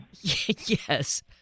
yes